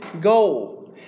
goal